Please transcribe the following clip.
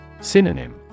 Synonym